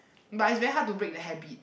but it's very hard to break the habit